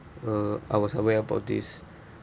uh I was aware about this